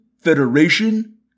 Federation